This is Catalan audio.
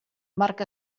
marc